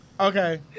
Okay